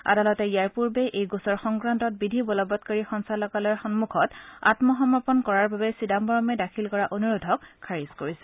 আদালতে ইয়াৰ পূৰ্বে এই গোচৰ সংক্ৰান্তত বিধি বলবৎকাৰী সঞ্চালকালয়ৰ সম্মুখত আম্মসমৰ্পন কৰাৰ বাবে চিদাম্বৰমে দাখিল কৰি অনুৰোধক খাৰিজ কৰিছিল